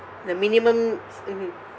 the minimum mmhmm